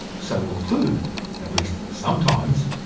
so will food at least, sometimes.